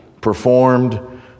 performed